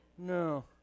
No